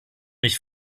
mich